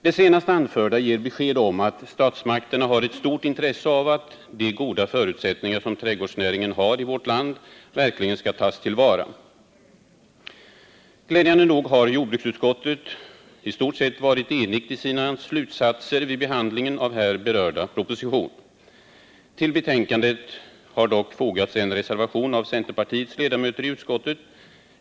Det senast anförda ger besked om att statsmakterna har ett stort intresse av att de goda förutsättningar som trädgårdsnäringen har i vårt land verkligen skall tas till vara. Glädjande nog har jordbruksutskottet i stort sett varit enigt i sina slutsatser vid behandlingen av här berörd proposition. Till betänkandet har det fogats en reservation av centerpartiets ledamöter i utskottet.